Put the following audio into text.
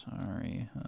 Sorry